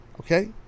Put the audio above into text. okay